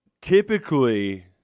typically